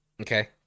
Okay